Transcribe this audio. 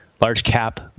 large-cap